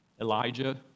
Elijah